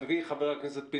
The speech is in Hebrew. על פי ח"כ פינדרוס.